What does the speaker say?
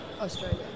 Australia